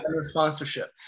sponsorship